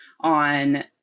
on